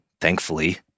thankfully